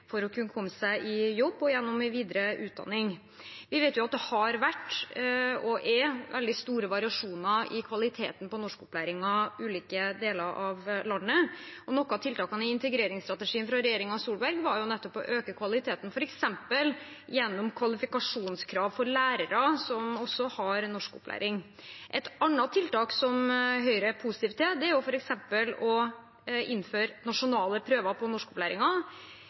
for å kunne komme seg i jobb og gjennom videre utdanning. Vi vet jo at det har vært, og er, veldig store variasjoner i kvaliteten på norskopplæringen i ulike deler av landet. Noen av tiltakene i integreringsstrategien fra regjeringen Solberg var nettopp å øke kvaliteten, f.eks. gjennom kvalifikasjonskrav for lærere som også har norskopplæring. Et annet tiltak som Høyre er positiv til, er f.eks. å innføre nasjonale prøver